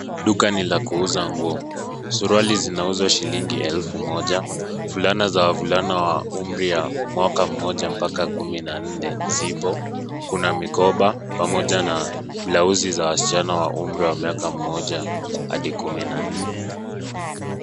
Duka ni la kuuza nguo. Suruali zinauzwa shilingi elfu moja, fulana za wavulana wa umri ya mwaka mmoja mpaka kumi na nne zipo, kuna mikoba pamoja na blousi za wasichana wa umri wa mwaka mmoja hadi kumi na nne.